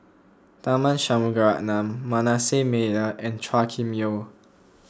Tharman Shanmugaratnam Manasseh Meyer and Chua Kim Yeow